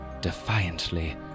defiantly